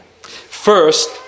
First